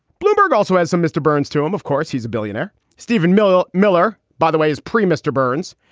bloomberg also has some mr. burns, to whom, of course, he's a billionaire. steven miller. miller, by the way, is pretty, mr. burns,